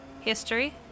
History